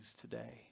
today